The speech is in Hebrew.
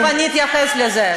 עכשיו אני אתייחס לזה.